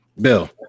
Bill